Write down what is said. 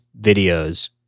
videos